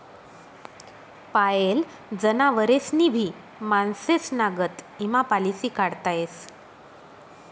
पायेल जनावरेस्नी भी माणसेस्ना गत ईमा पालिसी काढता येस